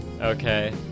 Okay